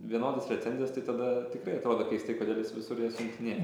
vienodas recenzijas tai tada tikrai atrodo keistai kodėl jis visur jas siuntinėja